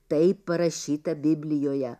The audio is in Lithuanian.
taip parašyta biblijoje